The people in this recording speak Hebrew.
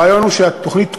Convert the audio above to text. הרעיון הוא שהתוכנית כולה,